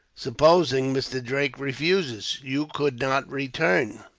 supposing mr. drake refuses, you could not return.